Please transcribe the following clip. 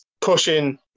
pushing